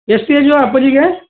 ಎಷ್ಟು ಏಜು ಅಪ್ಪಾಜಿಗೆ